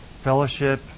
fellowship